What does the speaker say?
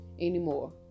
anymore